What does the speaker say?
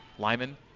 Lyman